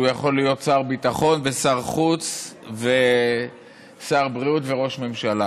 יכול להיות שר ביטחון ושר חוץ ושר בריאות וראש ממשלה.